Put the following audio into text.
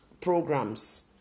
Programs